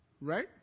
Right